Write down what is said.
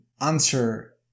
answer